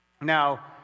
Now